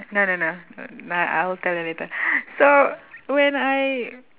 no no no nah I'll tell you later so when I